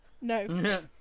No